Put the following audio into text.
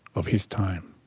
of his time.